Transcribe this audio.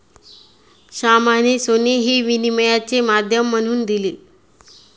श्यामाने सोने हे विनिमयाचे माध्यम म्हणून दिले